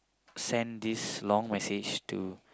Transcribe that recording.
send this long message to